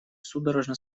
судорожно